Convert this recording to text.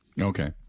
Okay